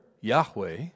Yahweh